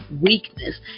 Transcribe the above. weakness